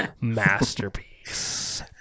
masterpiece